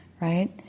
right